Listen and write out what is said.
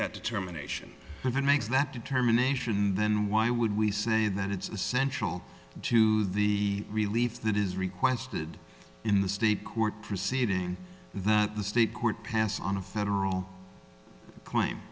that determination if it makes that determination and then why would we say that it's essential to the relief that is requested in the state court proceeding that the state court has on a federal crime